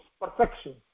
perfection